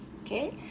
okay